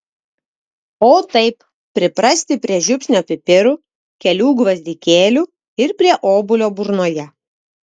o taip priprasti prie žiupsnio pipirų kelių gvazdikėlių ir prie obuolio burnoje